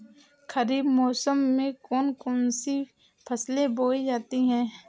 खरीफ मौसम में कौन कौन सी फसलें बोई जाती हैं?